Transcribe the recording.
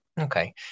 Okay